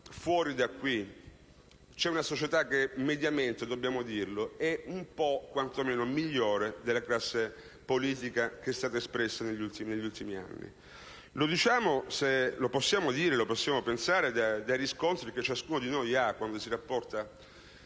fuori da qui c'è una società che mediamente - dobbiamo dirlo - è leggermente migliore della classe politica espressa negli ultimi anni. Lo possiamo dire e pensare per i riscontri che ciascuno di noi ha quando si rapporta